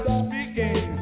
speaking